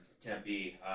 Tempe